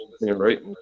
right